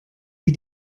sie